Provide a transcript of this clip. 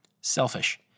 Selfish